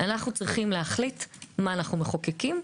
אנחנו צריכים להחליט מה אנחנו מחוקקים,